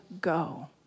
go